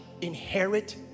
inherit